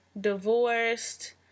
divorced